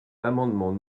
l’amendement